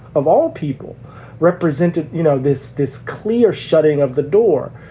of all people represented, you know, this this clear shutting of the door.